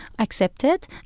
accepted